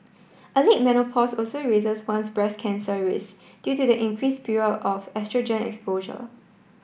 a late menopause also raises one's breast cancer risk due to the increased period of oestrogen exposure